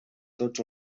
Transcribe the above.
tots